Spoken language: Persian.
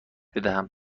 بدهم